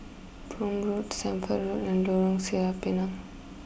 Prome Road Stamford Road and Lorong Sireh Pinang